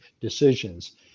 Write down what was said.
decisions